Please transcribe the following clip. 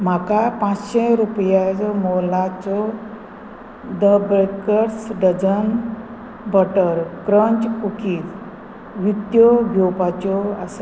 म्हाका पांचशें रुपयाचो मोलाचो the bakers dozen butter crunch cookies विकत्यो घेवपाच्यो आसा